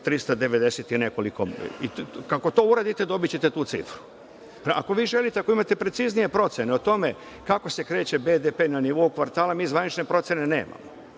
sa oko 4.390. Kako to uradite dobićete tu cifru. Ako vi želite, ako imate preciznije procene o tome kako se kreće BDP na nivou kvartala, mi zvanične procene nemamo,